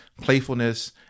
playfulness